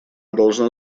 должна